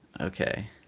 Okay